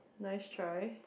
nice try